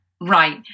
right